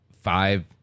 five